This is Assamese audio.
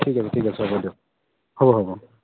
ঠিক আছে ঠিক আছে হ'ব দিয়ক হ'ব হ'ব